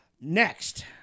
Next